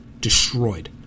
destroyed